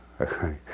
Okay